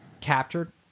captured